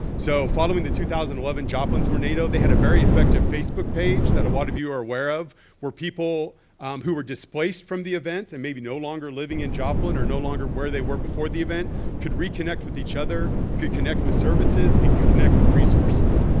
so following the two thousand and eleven joplin tornado, they had a very effective facebook page that a lot of you are aware of where people who were displaced from the event and maybe no longer living in joplin or no longer where they were before the event could reconnect with each other, could connect with services and could connect with resources.